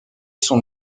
son